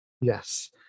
Yes